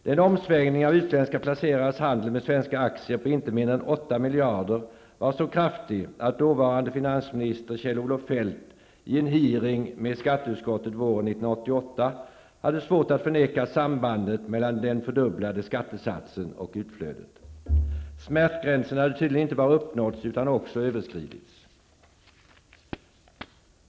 Denna omsvängning av utländska placerares handel med svenska aktier på inte mindre än 8 miljarder var så kraftig att dåvarande finansminister Kjell-Olof Feldt i en hearing med skatteutskottet våren 1988 hade svårt att förneka sambandet mellan den fördubblade skattesatsen och utflödet. Smärtgränsen hade tydligen inte bara uppnåtts utan också överskridits.